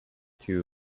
two